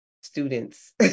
students